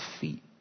feet